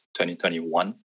2021